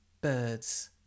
birds